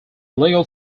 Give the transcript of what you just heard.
legal